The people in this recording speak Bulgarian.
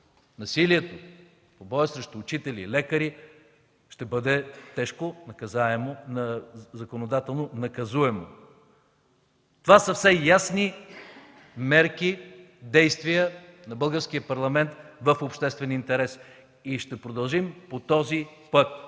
насилието, побоят върху учители, лекари ще бъде законодателно тежко наказуемо. Това са все ясни мерки, действия на Българския парламент в обществен интерес. Ще продължим по този път